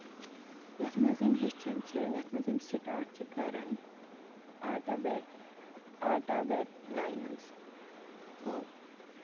یَتھ منٛز یِم ہیٚچھن چھِ یَتھ منٛز یِم سِٹارٹ چھِ کران آٹا بیٹ آٹا بیٹ لاینٕز تہٕ